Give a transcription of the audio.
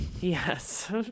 yes